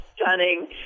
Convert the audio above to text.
stunning